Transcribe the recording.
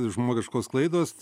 žmogiškos klaidos